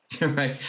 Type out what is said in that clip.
right